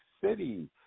City